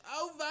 over